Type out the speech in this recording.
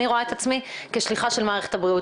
אני רואה את עצמי כשליחה של מערכת הבריאות.